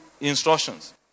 instructions